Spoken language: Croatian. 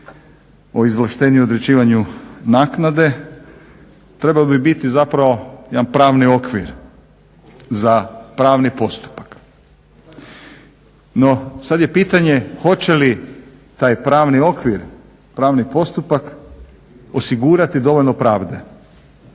o izvlaštenju o određivanju naknade trebao bi biti zapravo jedan pravni okvir za pravni postupak. No sada je pitanje hoće li taj pravni okvir, pravni postupak osigurati dovoljno pravde?